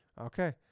Okay